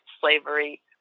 slavery